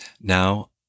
now